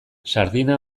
sardina